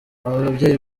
babyeyi